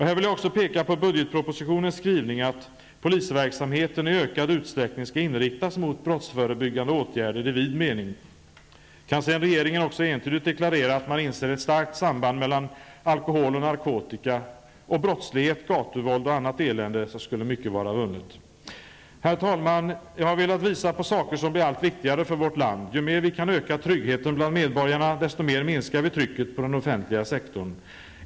Här vill jag också peka på budgetpropositionens skrivning att ''polisverksamheten i ökad utsträckning skall inriktas mot brottsförebyggande åtgärder i vid mening''. Kan sedan regeringen också entydigt deklarera att man inser ett starkt samband mellan alkohol och narkotika och brottslighet, gatuvåld och annat elände skulle mycket vara vunnet. Herr talman! Jag har velat visa på saker som blir allt viktigare för vårt land. Ju mer vi kan öka tryggheten bland medborgarna, desto mer minskar vi trycket på den offentliga sektorn.